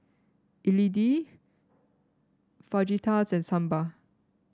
Idili Fajitas and Sambar